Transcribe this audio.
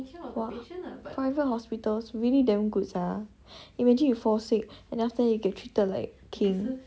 !wow! private hospitals really damn good sia imagine you fall sick and then after that you get treated like king